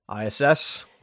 ISS